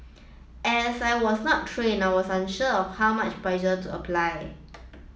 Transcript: as I was not trained I was unsure of how much pressure to apply